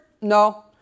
No